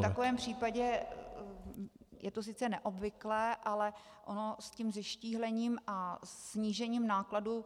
V takovém případě je to sice neobvyklé, ale ono s tím zeštíhlením a snížením nákladů